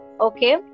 okay